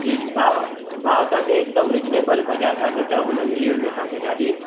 जी जी भाव भाव तव्हांखे हिकुदमि रीजिनेबल बज़ार खां घटि अघ में मिली वेंदव तव्हांखे गाॾी